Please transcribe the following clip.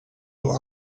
door